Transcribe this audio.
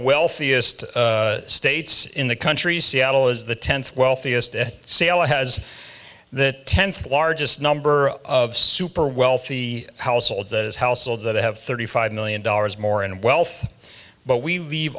wealthiest states in the country seattle is the tenth wealthiest at c l a has the tenth largest number of super wealthy households that is households that have thirty five million dollars more in wealth but we leave